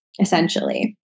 essentially